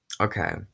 okay